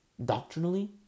Doctrinally